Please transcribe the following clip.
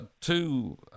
two